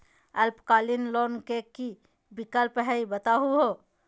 अल्पकालिक लोन के कि कि विक्लप हई बताहु हो?